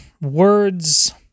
words